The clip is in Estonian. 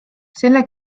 selle